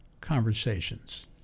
conversations